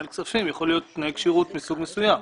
מנהל כספים יכול להיות תנאי כשירות מסוג מסוים.